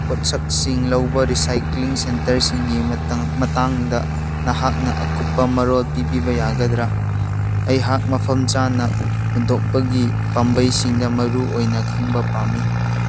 ꯄꯣꯠꯁꯛꯁꯤꯡ ꯂꯧꯕ ꯔꯤꯁꯥꯏꯀ꯭ꯂꯤꯡ ꯁꯦꯝꯇꯔꯁꯤꯡꯒꯤ ꯃꯇꯥꯡꯗ ꯅꯍꯥꯛꯅ ꯑꯀꯨꯞꯄ ꯃꯔꯣꯜ ꯄꯤꯕꯤꯕ ꯌꯥꯒꯗ꯭ꯔ ꯑꯩꯍꯥꯛ ꯃꯐꯝ ꯆꯥꯅ ꯍꯨꯟꯗꯣꯛꯄꯒꯤ ꯄꯥꯝꯕꯩꯁꯤꯡꯗ ꯃꯔꯨ ꯑꯣꯏꯅ ꯈꯪꯕ ꯄꯥꯝꯃꯤ